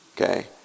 okay